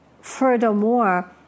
furthermore